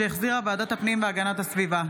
שהחזירה ועדת הפנים והגנת הסביבה.